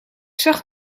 zag